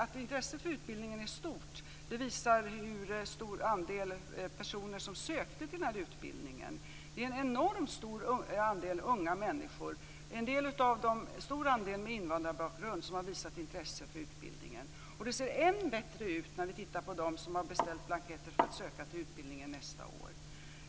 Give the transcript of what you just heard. Att intresset för utbildningen är stort visar det stora antal personer som sökte utbildningen. En enormt stor del unga människor, många med invandrarbakgrund, har visat intresse för utbildningen. Det ser än bättre ut när vi ser hur många som beställt blanketter för att söka till utbildningen nästa år.